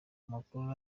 amakuru